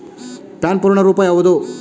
PAN ಪೂರ್ಣ ರೂಪ ಯಾವುದು?